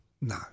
No